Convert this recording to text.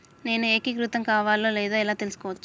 నేను ఏకీకృతం కావాలో లేదో ఎలా తెలుసుకోవచ్చు?